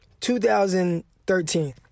2013